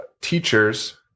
Teachers –